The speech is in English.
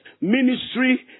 ministry